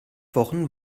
wochen